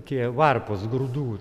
tie varpos grūdų